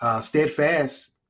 Steadfast